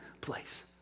place